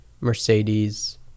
Mercedes